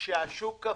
שהשוק קפוא,